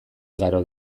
igaro